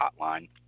Hotline